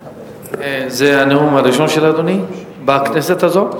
זה הנאום הראשון של אדוני בכנסת הזאת?